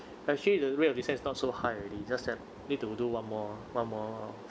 actually the rate of descent is not so high already just that need to do one more one more